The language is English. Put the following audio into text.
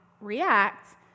react